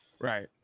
Right